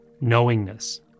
knowingness